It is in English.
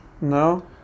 No